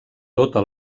tota